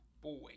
boy